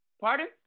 Pardon